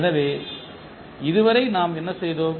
எனவே இதுவரை நாம் என்ன செய்தோம்